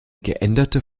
geänderte